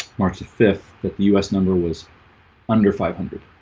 march the fifth that the us number was under five hundred